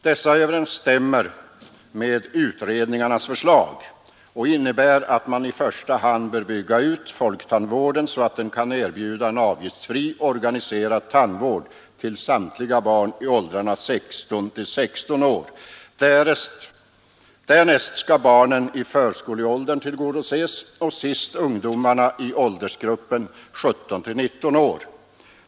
Detta överensstämmer med utredningarnas förslag och innebär att man i första hand bör bygga ut folktandvården så att den kan erbjuda en avgiftsfri organiserad tandvård till samtliga barn i åldrarna 6—16 år. Därnäst skall barnen i förskoleåldern tillgodoses och till sist ungdomarna i åldersgruppen 17—19 år.